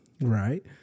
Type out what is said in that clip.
Right